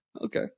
Okay